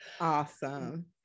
Awesome